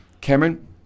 Cameron